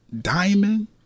Diamond